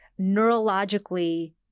neurologically